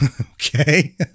Okay